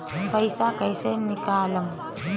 पैसा कैसे निकालम?